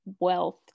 wealth